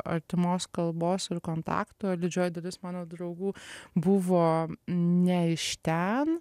artimos kalbos ir kontakto didžioji dalis mano draugų buvo ne iš ten